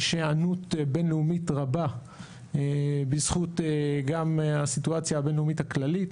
יש היענות בין-לאומית רבה בזכות גם הסיטואציה הבין-לאומית הכללית,